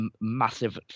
massive